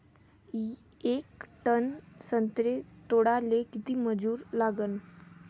येक टन संत्रे तोडाले किती मजूर लागन?